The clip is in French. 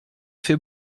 fait